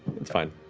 it's fine.